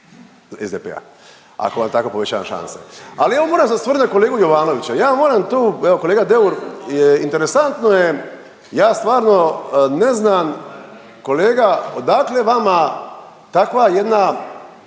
SDP-a ako vam tako povećavam šanse. Ali evo moram se osvrnuti na kolegu Jovanovića. Ja moram tu, evo kolega Deur interesantno je ja stvarno ne znam kolega odakle vama takva jedna